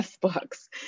books